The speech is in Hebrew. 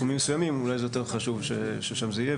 בתחומים מסוימים אולי זה יותר חשוב ששם זה יהיה,